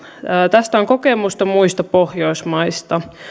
tästä on kokemusta muista pohjoismaista